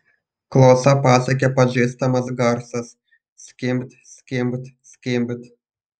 klausą pasiekė pažįstamas garsas skimbt skimbt skimbt